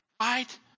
right